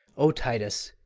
o titus,